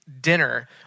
dinner